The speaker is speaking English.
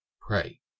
Pray